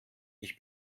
ich